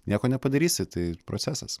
nieko nepadarysi tai procesas